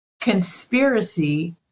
Conspiracy